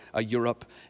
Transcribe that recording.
Europe